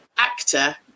actor